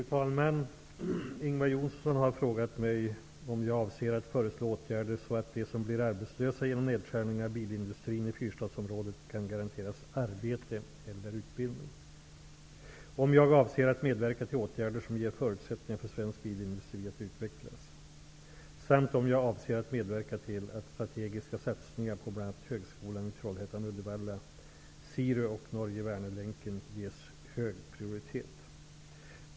Fru talman! Ingvar Johnsson har frågat mig om jag avser att föreslå åtgärder så att de som blir arbetslösa genom nedskärningarna i bilindustrin i fyrstadsområdet kan garanteras arbete eller utbildning, om jag avser att medverka till åtgärder som ger förutsättningar för svensk bilindustri att utvecklas samt om jag avser att medverka till att strategiska satsningar på bl.a. högskolan i Norge/Vänerlänken ges hög prioritet.